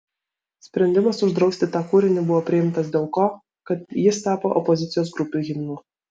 sprendimas uždrausti tą kūrinį buvo priimtas dėl ko kad jis tapo opozicijos grupių himnu